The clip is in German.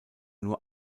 nur